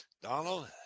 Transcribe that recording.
Donald